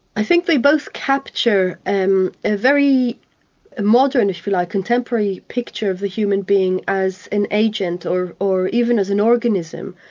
i think they both capture and a very modern, if you like, contemporary picture of the human being as an agent or or even as an organism,